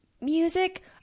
Music